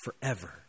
forever